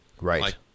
Right